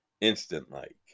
Instant-like